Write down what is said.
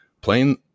playing